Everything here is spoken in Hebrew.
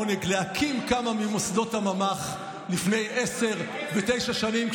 היה לי העונג להקים כמה ממוסדות הממ"ח לפני עשר ותשע שנים,